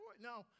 No